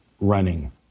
running